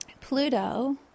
Pluto